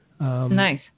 Nice